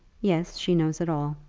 yes she knows it all.